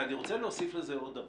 ואני רוצה להוסיף על זה עוד דבר.